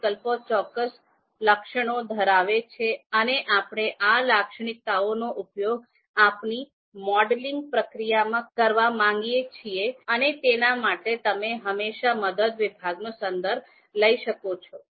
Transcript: આ વિકલ્પો ચોક્કસ લક્ષણો ધરાવે છે અને આપણે આ લાક્ષણિકતાઓનો ઉપયોગ આપણી મોડેલિંગ પ્રક્રિયામાં કરવા માંગીએ છો અને તેના માટે તમે હંમેશા મદદ વિભાગનો સંદર્ભ લઈ શકો છો